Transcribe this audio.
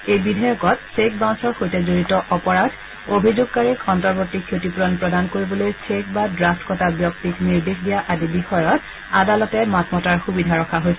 এই বিধেয়কত চেক বাউন্সৰ সৈতে জড়িত অপৰাধ অভিযোগকাৰীক অন্তৰ্বৰ্তী ক্ষতিপূৰণ প্ৰদান কৰিবলৈ চেক বা ড্ৰাফট কটা ব্যক্তিক নিৰ্দেশ দিয়া আদি বিষয়ত আদালতৰ কাষ চপাৰ সুবিধা ৰখা হৈছে